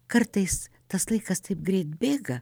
kartais tas laikas taip greit bėga